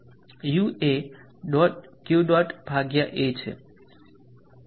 u એ Q dot ભાગ્યા A છે